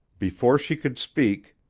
before she could speak,